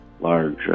large